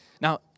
Now